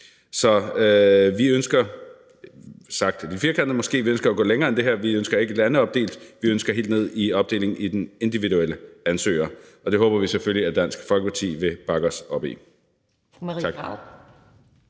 Så sagt lidt firkantet måske ønsker vi at gå længere end det her. Vi ønsker ikke landeopdeling, men vi ønsker en opdeling helt ned i den individuelle ansøger. Det håber vi selvfølgelig at Dansk Folkeparti vil bakke os op i.